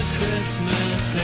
Christmas